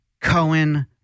Cohen